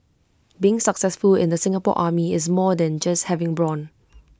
being successful in the Singapore army is more than just having brawn